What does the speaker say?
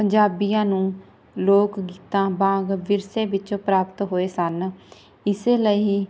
ਪੰਜਾਬੀਆਂ ਨੂੰ ਲੋਕ ਗੀਤਾਂ ਵਾਂਗ ਵਿਰਸੇ ਵਿੱਚੋਂ ਪ੍ਰਾਪਤ ਹੋਏ ਸਨ ਇਸ ਲਈ